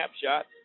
snapshot